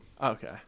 Okay